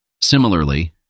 Similarly